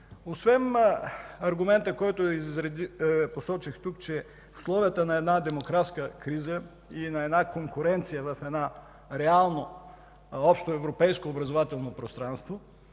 Освен аргумента, който посочих тук, че в условията на една демографска криза и на една конкуренция в едно реално общоевропейско образователно пространство